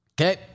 Okay